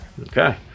Okay